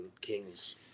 Kings